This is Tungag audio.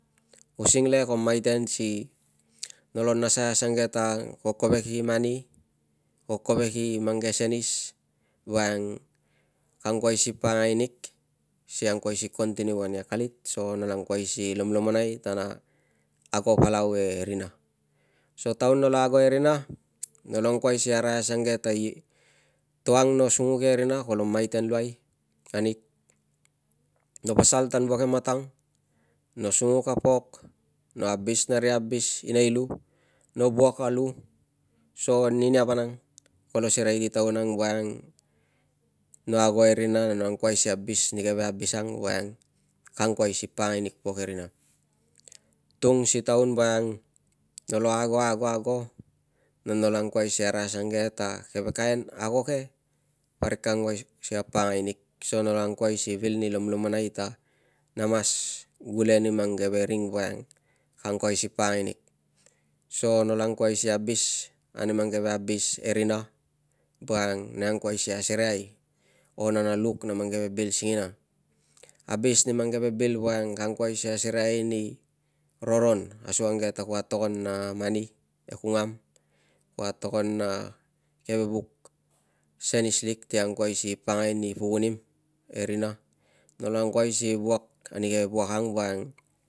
Using le ko maiten si nolo nasai asuangke ta ko kovek i money, ko kovek i mang ke senis voiang ka angkuai si pakangai nig si angkuai si continue ani akalit. So nala angkuai si lomlomonai ta na ago palau e rina. So taun nolo ago e rina, nolo angkuai si arai asukang ke ta to ang no sunguk ia e rina kolo maiten luai anig. No pasal tan wuak e matang, no sunguk a pok, no abis na ri abis i nei lu, no wuak a lu so ninia vanang kolo serei si taun ang voiang no ago e rina na no angkuai si abis ani keve abis ang voiang ka angkuai si pakangai nig pok e rina tung si taun voiang, nolo ago, ago, ago na nolo angkuai si arai asukangke ta keve kain ago ke parik ka angkuai si pakangai nig so nolo angkuai si vil ni lomlomonai ta na mas gule ni mang keve ring voiang ka angkuai si pakangai nig. So nolo angkuai si abis ani mang keve abis e rina voiang na angkuai si asereai o na na luk na mang keve bil singina. Abis ni mang keve bil voiang ka angkuai si asereai ni roron asukang ke ta ku atogon a mani e kungam, ku atogon na keve vuk senis lik ti angkuai si pakangai ni pukunim e rina, nolo angkuai si wuak ani ke wuak ang voiang